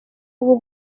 ubu